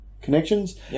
connections